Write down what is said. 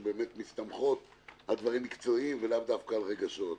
שבאמת מסתמכות על דברים מקצועיים ולאו דווקא על רגשות.